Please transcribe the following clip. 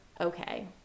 Okay